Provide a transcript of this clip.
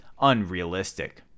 unrealistic